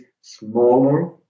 smaller